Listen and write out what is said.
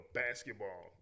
basketball